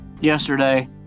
yesterday